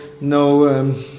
no